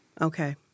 Okay